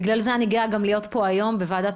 ובגלל זה אני גאה גם להיות פה היום בוועדת